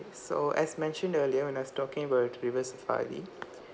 so as mentioned earlier when I was talking about river safari